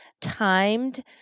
timed